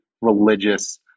religious